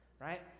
right